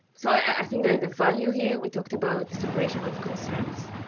so i think the value here, we talked about the separation of concerns.